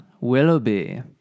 Willoughby